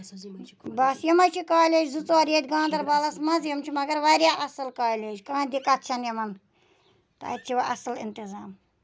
بَس یِمَے چھِ کالیج زٕ ژور ییٚتہِ گاندربَلَس منٛز یِم چھِ مگر واریاہ اَصٕل کالیج کانٛہہ دِقت چھَنہٕ یِمَن تہٕ اَتہِ چھِ اَصٕل انتظام